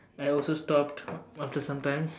I also stopped after some time